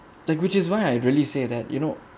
like which is why I really say that you know